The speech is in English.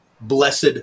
blessed